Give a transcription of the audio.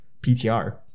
PTR